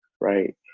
right